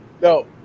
no